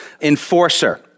enforcer